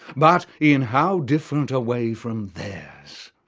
but in how different a way from theirs!